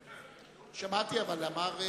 שמעתי, אבל אמר,